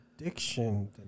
addiction